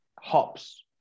hops